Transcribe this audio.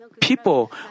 people